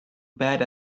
bad